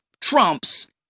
trumps